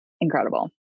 incredible